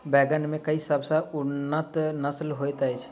बैंगन मे केँ सबसँ उन्नत नस्ल होइत अछि?